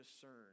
discern